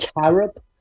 carob